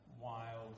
wild